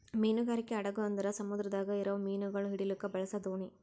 ಮೀನುಗಾರಿಕೆ ಹಡಗು ಅಂದುರ್ ಸಮುದ್ರದಾಗ್ ಇರವು ಮೀನುಗೊಳ್ ಹಿಡಿಲುಕ್ ಬಳಸ ದೋಣಿ